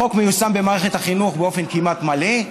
החוק מיושם במערכת החינוך באופן כמעט מלא,